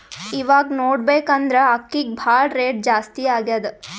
ಇವಾಗ್ ನೋಡ್ಬೇಕ್ ಅಂದ್ರ ಅಕ್ಕಿಗ್ ಭಾಳ್ ರೇಟ್ ಜಾಸ್ತಿ ಆಗ್ಯಾದ